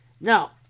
Now